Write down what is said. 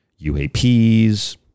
UAPs